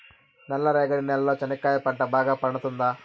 నల్ల రేగడి నేలలో చెనక్కాయ పంట బాగా పండుతుందా?